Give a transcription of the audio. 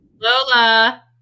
Lola